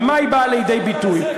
במה היא באה לידי ביטוי?